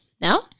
Now